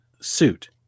suit